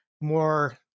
more